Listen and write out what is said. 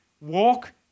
Walk